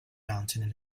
mountain